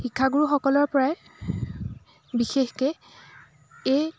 শিক্ষাগুৰুসকলৰ পৰাই বিশেষকৈ এই